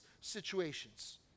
situations